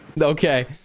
Okay